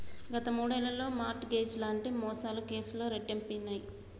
గత మూడేళ్లలో mortgage లాంటి మోసాల కేసులు రెట్టింపయినయ్